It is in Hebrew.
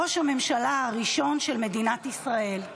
ראש הממשלה הראשון של מדינת ישראל.